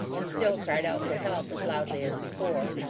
and still cried out for help, as loudly as before.